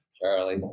Charlie